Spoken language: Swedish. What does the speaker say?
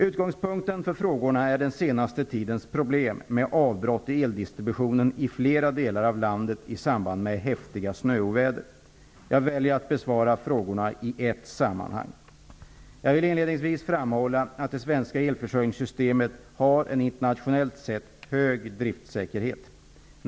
Utgångspunkten för frågorna är den senaste tidens problem med avbrott i eldistributionen i flera delar av landet i samband med häftiga snöoväder. Jag väljer att besvara frågorna i ett sammanhang. Jag vill inledningsvis framhålla att det svenska elförsörjningssystemet har en internationellt sett hög driftsäkerhet.